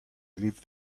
leave